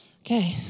Okay